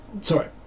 Sorry